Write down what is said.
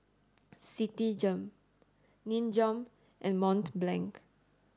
Citigem Nin Jiom and Mont Blanc